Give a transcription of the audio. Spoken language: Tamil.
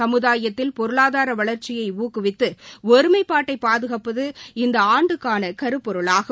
கமுதாயத்தில் பொருளாதார வளா்ச்சியை ஊக்குவித்து ஒருமைப்பாட்டை பாதுகாப்பது இந்த ஆண்டுக்கான கருப்பொருளாகும்